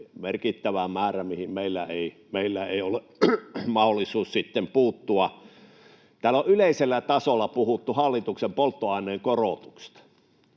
merkittävä määrä, mihin meillä ei ole mahdollisuus sitten puuttua. Täällä on yleisellä tasolla puhuttu hallituksen polttoaineen korotuksista